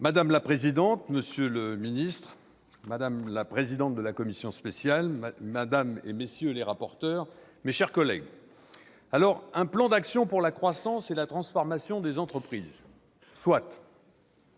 Madame la présidente, monsieur le ministre, madame la présidente de la commission spéciale, madame, messieurs les rapporteurs, mes chers collègues, un plan d'action pour la croissance et la transformation des entreprises, soit